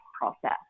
Process